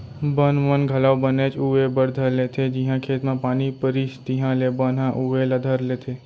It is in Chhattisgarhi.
बन मन घलौ बनेच उवे बर धर लेथें जिहॉं खेत म पानी परिस तिहॉले बन ह उवे ला धर लेथे